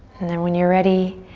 and then when you're ready,